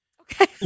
Okay